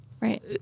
Right